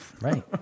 Right